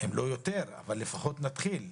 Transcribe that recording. - אם לא יותר, אבל לפחות נתחיל מעובד.